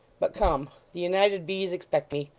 but come. the united b s expect me.